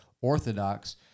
orthodox—